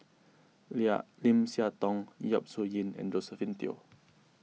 Lim Siah Tong Yap Su Yin and Josephine Teo